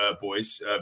boys